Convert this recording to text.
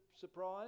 surprise